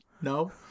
No